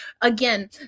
again